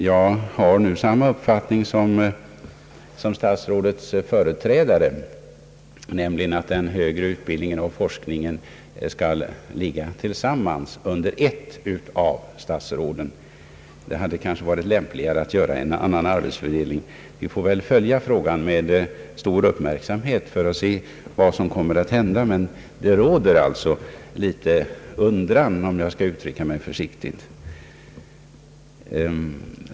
Jag har samma uppfattning som statsrådets företrädare, nämligen att den högre utbildningen och forskningen skall ligga tillsammans, under ett statsråd. Det hade kanske varit lämpligare att göra en annan arbetsfördelning. Vi får väl följa frågan med stor uppmärksamhet för att se vad som kommer att hända, men det råder alltså lite undran — om jag skall uttrycka mig försiktigt.